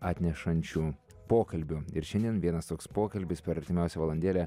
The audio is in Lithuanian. atnešančių pokalbių ir šiandien vienas toks pokalbis per artimiausią valandėlę